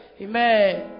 Amen